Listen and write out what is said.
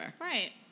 Right